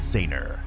Sainer